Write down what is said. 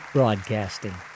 Broadcasting